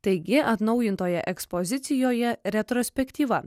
taigi atnaujintoje ekspozicijoje retrospektyva